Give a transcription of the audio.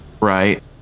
right